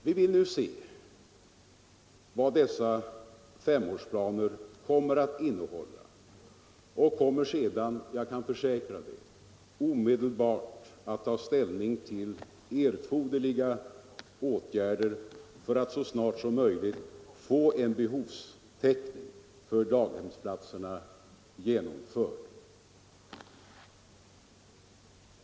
Vi vill se vad dessa femårsplaner kommer att innehålla och kommer sedan, jag kan försäkra det, omedelbart att ta ställning till erforderliga åtgärder för att så snart som möjligt få en behovstäckning för daghemsplatserna genomförd.